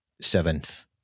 seventh